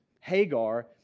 Hagar